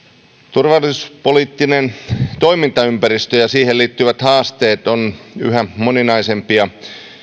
turvallisuuspoliittinen toimintaympäristö ja siihen liittyvät haasteet ovat yhä moninaisempia